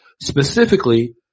specifically